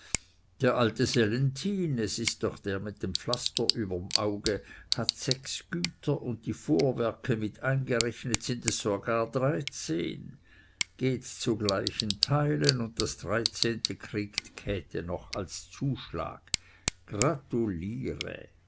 der alte sellenthin es ist doch der mit dem pflaster überm auge hat sechs güter und die vorwerke mit eingerechnet sind es sogar dreizehn geht zu gleichen teilen und das dreizehnte kriegt käthe noch als zuschlag gratuliere